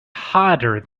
hotter